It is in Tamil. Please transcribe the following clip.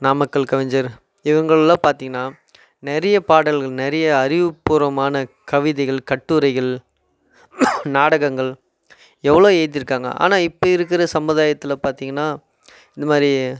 நாமக்கல் கவிஞர் இவங்களெலாம் பார்த்திங்கனா நிறைய பாடல்கள் நிறைய அறிவுப் பூர்வமான கவிதைகள் கட்டுரைகள் நாடகங்கள் எவ்வளோ எழுதியிருக்காங்க ஆனால் இப்போ இருக்கிற சமுதாயத்தில் பார்த்திங்கனா இந்தமாதிரி